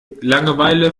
langeweile